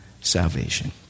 salvation